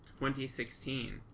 2016